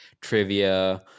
trivia